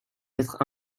maître